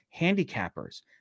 handicappers